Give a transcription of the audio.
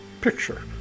picture